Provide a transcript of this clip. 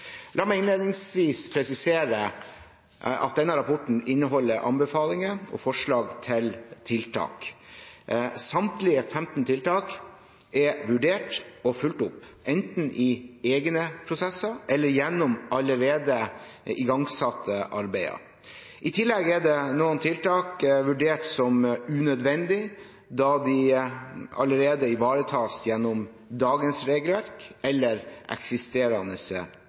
La meg innledningsvis presisere at denne rapporten inneholder anbefalinger og forslag til tiltak. Samtlige 15 tiltak er vurdert og fulgt opp, enten i egne prosesser eller gjennom allerede igangsatte arbeider. I tillegg er noen tiltak vurdert som unødvendig, da de allerede ivaretas gjennom dagens regelverk eller eksisterende